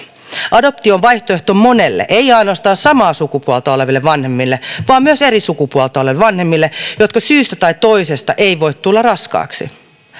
on vaihtoehto monelle ei ainoastaan samaa sukupuolta oleville vanhemmille vaan myös eri sukupuolta oleville vanhemmille jotka syystä tai toisesta eivät voi tulla raskaaksi